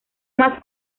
más